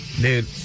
Dude